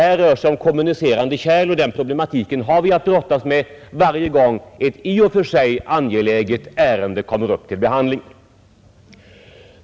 Här gäller lagen om kommunicerande kärl, och det är en problematik som vi har att brottas med varje gång som ett i och för sig angeläget önskemål kommer upp till behandling.